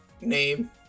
name